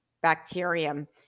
bacterium